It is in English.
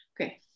Okay